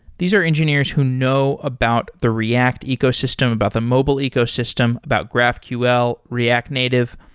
these are engineers who know about the react ecosystem, about the mobile ecosystem, about graphql, react native.